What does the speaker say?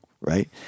right